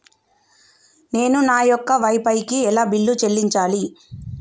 నేను నా యొక్క వై ఫై కి ఎలా బిల్లు చెల్లించాలి?